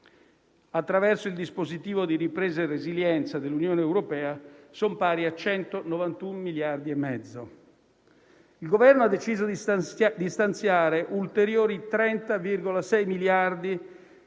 attraverso il dispositivo di ripresa e resilienza dell'Unione europea sono pari a 191 miliardi e mezzo. Il Governo ha deciso di stanziare ulteriori 30,6 miliardi